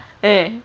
eh